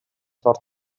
for